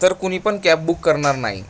तर कुणी पण कॅब बुक करणार नाही